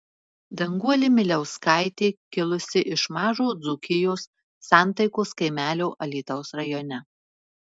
danguolė miliauskaitė kilusi iš mažo dzūkijos santaikos kaimelio alytaus rajone